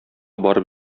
барып